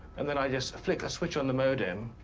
and then i just flicked a switch on the modem,